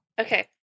Okay